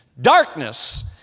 Darkness